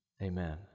Amen